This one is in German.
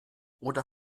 oder